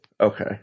Okay